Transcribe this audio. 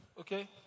Okay